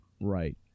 right